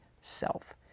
self